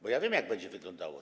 Bo ja wiem, jak będzie wyglądało.